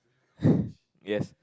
yes